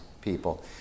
people